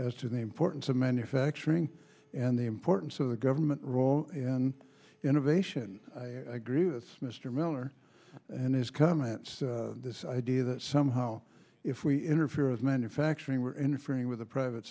as to the importance of manufacturing and the importance of the government role in innovation agree that's mr miller and his comments this idea that somehow if we interfere with manufacturing were interfering with the private